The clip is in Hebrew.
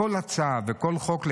לקבל כל הצעה וכל חוק,